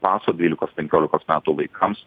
paso dvylikos penkiolikos metų vaikams